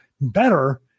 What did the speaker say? better